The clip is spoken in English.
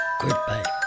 Goodbye